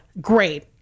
great